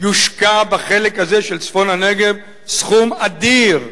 יושקע בחלק הזה של צפון הנגב סכום אדיר,